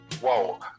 whoa